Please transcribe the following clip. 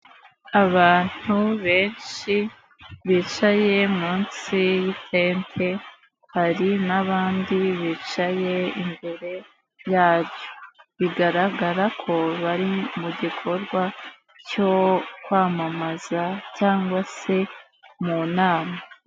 Abantu benshi bicaye munsi y'itente, hari n'abandi bicaye imbere yaryo, bigaragara ko bari mu gikorwa cyo kwamamaza cyangwa se mu nama.